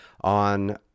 on